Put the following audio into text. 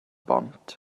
bont